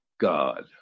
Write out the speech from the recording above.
God